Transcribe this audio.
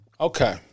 Okay